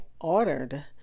ordered